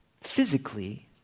physically